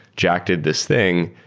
jack did this thing.